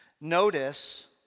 Notice